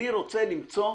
אני רוצה למצוא